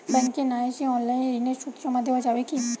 ব্যাংকে না এসে অনলাইনে ঋণের সুদ জমা দেওয়া যাবে কি?